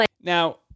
Now